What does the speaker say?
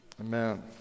Amen